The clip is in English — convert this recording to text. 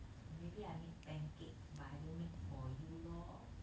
maybe I make pancake but I don't make for you lor